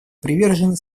привержены